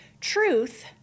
Truth